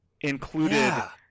included